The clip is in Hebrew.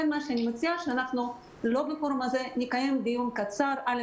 אני מציעה שנקיים דיון קצר לא בפורום הזה עם